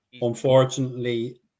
Unfortunately